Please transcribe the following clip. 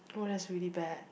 oh that's really bad